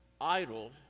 idol